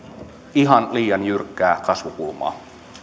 ihan liian jyrkkää kasvukulmaa pyydän